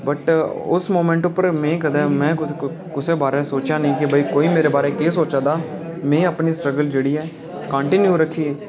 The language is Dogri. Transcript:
बट उस मूमैंट पर में कदें कुसै बारे सोचेआ नेईं कि कोई मेरे बारै केह् सोचा दा में अपनी स्ट्रगल जेह्ड़ी ऐ कंटिन्यू रक्खी ऐ